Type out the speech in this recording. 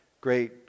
great